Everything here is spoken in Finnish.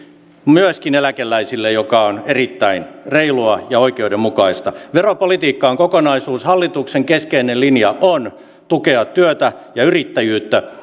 myöskin eläkeläisille mikä on erittäin reilua ja oikeudenmukaista veropolitiikka on kokonaisuus hallituksen keskeinen linja on tukea työtä ja yrittäjyyttä